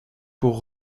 pour